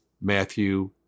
Matthew